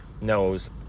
knows